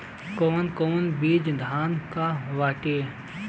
कौन कौन बिज धान के बाटे?